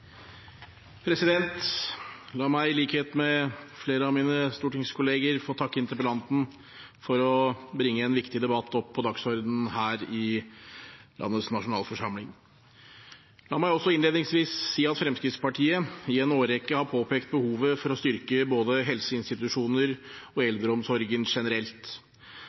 La meg i likhet med flere av mine stortingskollegaer få takke interpellanten for å bringe en viktig sak under debatt her i landets nasjonalforsamling. La meg også innledningsvis si at Fremskrittspartiet i en årrekke har påpekt behovet for å styrke både helseinstitusjoner og eldreomsorgen generelt,